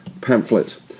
pamphlet